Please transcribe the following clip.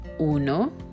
Uno